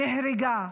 נהרגה,